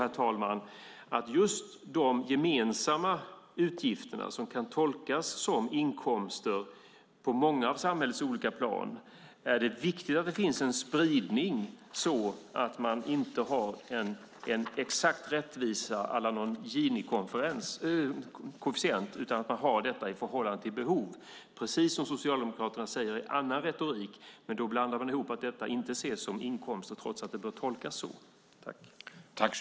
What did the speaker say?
När det gäller just de gemensamma utgifterna, som kan tolkas som inkomster på många av samhällets olika plan, är det viktigt att det finns en spridning så att man inte har en exakt rättvisa à la någon ginikoefficient utan utifrån behov. Det är precis det som Socialdemokraterna säger i annan retorik, men då blandar de ihop det och säger att detta inte ska ses som inkomster trots att det bör tolkas så.